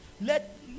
Let